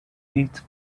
feet